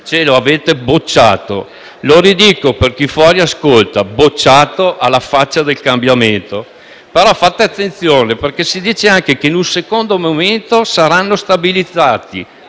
Ce lo avete respinto. Lo ridico per chi fuori ascolta: respinto, alla faccia del cambiamento. Però, fate attenzione, perché si dice pure che in un secondo momento saranno stabilizzati: